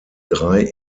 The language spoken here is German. drei